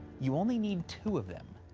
you only need two of them.